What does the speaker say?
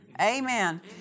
Amen